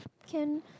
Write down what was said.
can